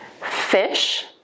Fish